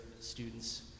students